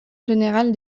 générale